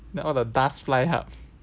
then all the dust fly up